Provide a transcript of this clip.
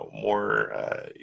more